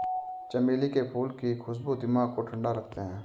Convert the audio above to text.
चमेली के फूल की खुशबू दिमाग को ठंडा रखते हैं